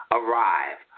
arrive